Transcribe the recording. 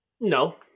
No